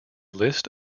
list